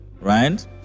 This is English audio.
right